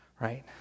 right